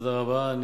תודה רבה.